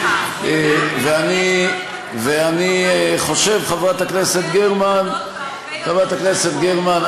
לא מותר להסית נגד אף אחד.